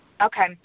Okay